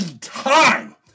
time